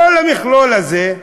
כל המכלול הזה,